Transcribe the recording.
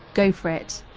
go for it.